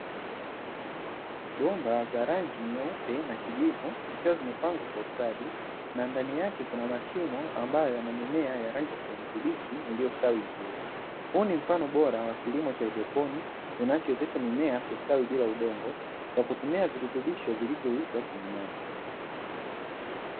Bomba za rangi nyeupe na kinyevu zikiwa zimepangwa kwa ustadi na ndani yake kuna mashimo ambayo yana mimea ya rangi ya kijani kibichi, iliyostawi vizuri huu ni mfano bora wa kilimo cha edoponi unachowezesha mimea kustawi bila udongo kwa kutumia virutubisho vilivyoyeyushwa kwenye maji.